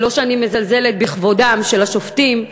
לא שאני מזלזלת בכבודם של השופטים,